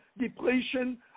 depletion